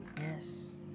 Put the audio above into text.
Yes